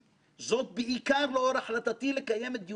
המבוסס על השימועים הנערכים בסנאט האמריקאי.